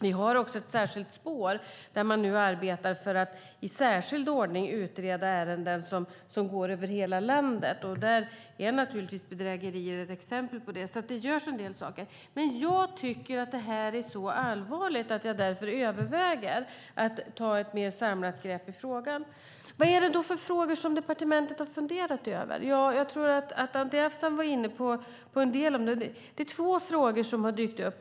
Vi har också ett särskilt spår där man nu arbetar för att i särskild ordning utreda ärenden som går över hela landet, och bedrägeri är ett exempel på det. Det görs alltså en del saker. Men jag tycker att det här är så allvarligt att jag överväger att ta ett mer samlat grepp i frågan. Vad är det då för frågor som departementet har funderat över? Anti Avsan var inne på en del av det. Det är två frågor som har dykt upp.